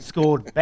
Scored